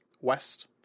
west